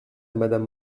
madame